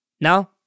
Now